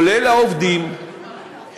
כולל העובדים,